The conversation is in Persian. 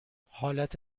حالت